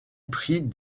pris